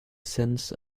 scents